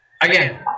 again